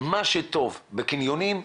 מה שטוב בקניונים,